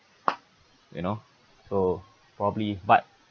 you know so probably but